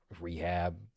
rehab